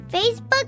Facebook